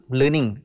learning